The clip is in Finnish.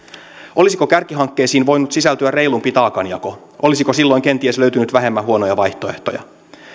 olisiko kärkihankkeisiin voinut sisältyä reilumpi taakanjako olisiko silloin kenties löytynyt vähemmän huonoja vaihtoehtoja